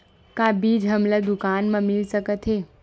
का बीज हमला दुकान म मिल सकत हे?